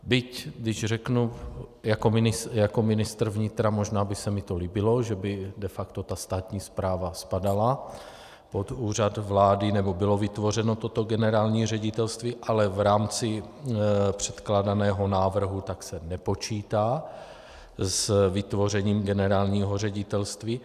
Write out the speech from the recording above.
Byť když řeknu jako ministr vnitra, možná by se mi to líbilo, že by de facto státní správa spadala pod Úřad vlády nebo bylo vytvořeno toto generální ředitelství, ale v rámci předkládaného návrhu se nepočítá s vytvořením generálního ředitelství.